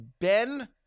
Ben